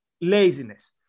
laziness